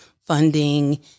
funding